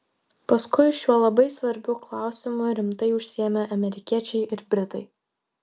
paskui šiuo labai svarbiu klausimu rimtai užsiėmė amerikiečiai ir britai